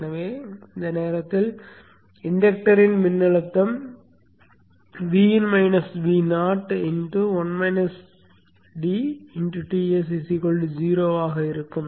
எனவே அந்த நேரத்தில் இண்டக்டரின் மின்னழுத்தம் Ts 0 ஆக இருக்கும்